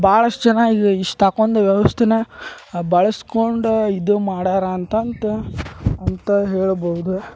ಭಾಳಷ್ಟ್ ಜನ ಈಗ ಇಷ್ಟು ಹಾಕೊಂಡ್ ವ್ಯವಸ್ಥೆನ ಬಳಸ್ಕೊಂಡು ಇದು ಮಾಡ್ಯಾರ ಅಂತಂತ ಅಂತ ಹೇಳ್ಬೋದು